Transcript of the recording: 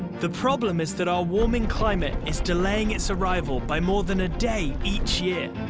the problem is that our warming climate is delaying its arrival by more than a day each year.